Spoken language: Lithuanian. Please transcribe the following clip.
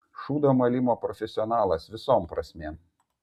šūdo malimo profesionalas visom prasmėm